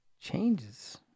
changes